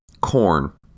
corn